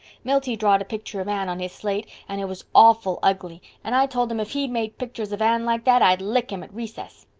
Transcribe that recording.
milty drawed a picture of anne on his slate and it was awful ugly and i told him if he made pictures of anne like that i'd lick him at recess.